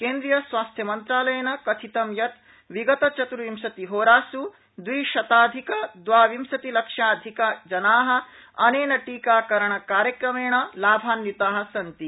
केन्द्रियस्वास्थ्यमन्त्रालयेन कथितं यत् विगत चत्र्विंशतिहोरास् द्विशताधिकद्वाविंशतिलक्षाधिकजना अनेन टीकाकरणकार्यक्रमेण लाभान्विता सन्ति